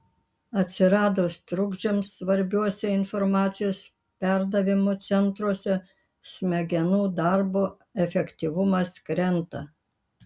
atsiradus trukdžiams svarbiuose informacijos perdavimo centruose smegenų darbo efektyvumas krenta